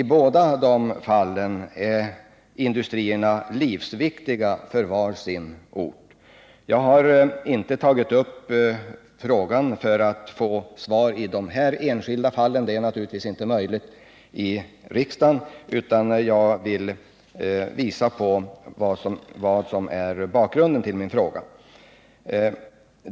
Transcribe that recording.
I båda fallen är industrierna livsviktiga för var sin ort. Jag har inte tagit upp frågan för att få svar i de här enskilda fallen — det är naturligtvis inte möjligt här i dag. Jag vill ange vad som är bakgrunden till min fråga.